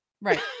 right